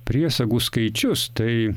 priesagų skaičius tai